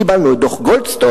קיבלנו את דוח-גולדסטון,